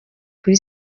kuri